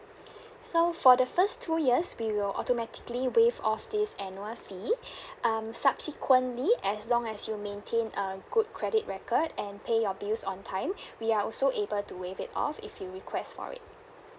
so for the first two years we will automatically waive off this annual fee um subsequently as long as you maintain a good credit record and pay your bills on time we are also able to waive it off if you request for it